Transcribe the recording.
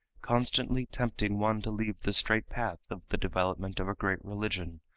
constantly tempting one to leave the straight path of the development of a great religion,